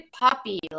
puppy